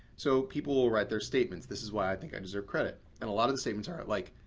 so, people will write their statements this is why i think i deserve credit. and a lot of the statements are like,